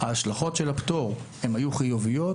ההשלכות של הפטור היו חיוביות,